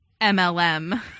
MLM